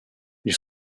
ils